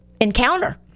encounter